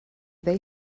they